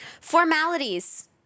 Formalities